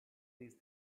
these